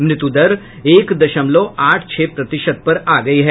मृत्यु दर एक दशमलव आठ छह प्रतिशत पर आ गई है